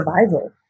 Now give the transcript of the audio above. survival